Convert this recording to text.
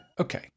Okay